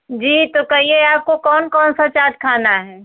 जी तो कहिये आपको कौन कौन सा चाट खाना है